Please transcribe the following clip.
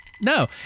No